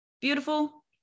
beautiful